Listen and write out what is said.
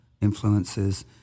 influences